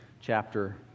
chapter